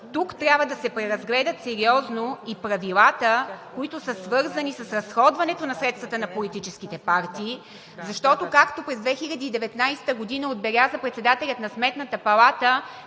тук трябва да се преразгледат сериозно и правилата, които са свързани с разходването на средствата на политическите партии, защото, както през 2019 г. отбеляза председателят на Сметната плата,